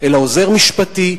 אלא עוזר משפטי,